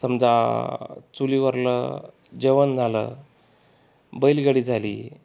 समजा चुलीवरलं जेवण झालं बैलगाडी झाली